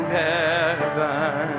heaven